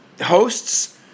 hosts